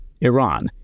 Iran